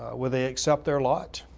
will they accept their lot